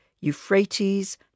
Euphrates